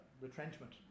retrenchment